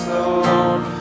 alone